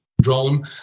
drone